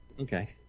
Okay